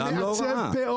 מעצב פאות,